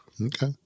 Okay